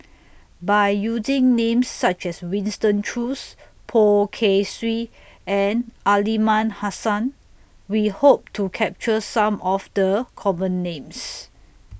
By using Names such as Winston Choos Poh Kay Swee and Aliman Hassan We Hope to capture Some of The Common Names